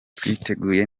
twiteguye